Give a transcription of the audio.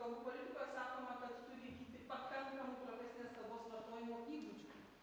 kalbų politikoje sakoma kad turi įgyti pakankamų profesinės kalbos vartojimo įgūdžių